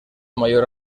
mayor